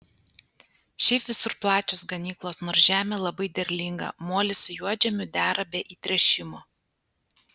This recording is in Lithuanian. šiaip visur plačios ganyklos nors žemė labai derlinga molis su juodžemiu dera be įtręšimo